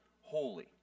holy